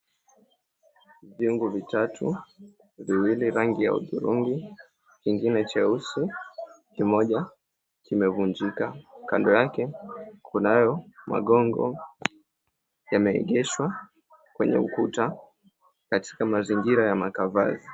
Viungo vitatu viwili rangi ya udhurungi, kingine cheusi, kimoja kimevunjika, kando yake kunayo magongo yameegeshwa kwenye ukuta katika mazingira ya makavazi.